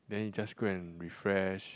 then you just go and refresh